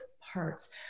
parts